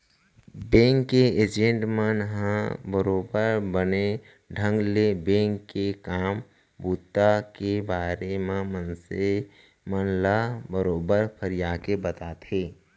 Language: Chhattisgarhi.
बेंक के एजेंट मन ह बरोबर बने ढंग ले बेंक के काम बूता के बारे म मनसे मन ल बरोबर फरियाके बताथे